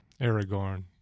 Aragorn